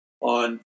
on